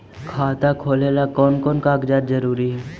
खाता खोलें ला कोन कोन कागजात जरूरी है?